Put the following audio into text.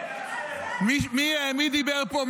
מי דיבר פה?